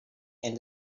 and